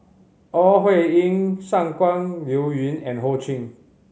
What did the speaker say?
Ore Huiying Shangguan Liuyun and Ho Ching